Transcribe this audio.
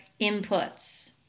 inputs